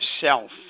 self